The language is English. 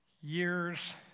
Year's